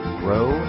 grow